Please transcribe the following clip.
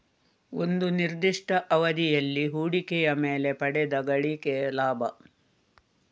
ಒಂದು ನಿರ್ದಿಷ್ಟ ಅವಧಿಯಲ್ಲಿ ಹೂಡಿಕೆಯ ಮೇಲೆ ಪಡೆದ ಗಳಿಕೆ ಲಾಭ